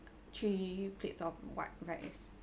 three plates of white rice